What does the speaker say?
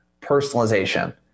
personalization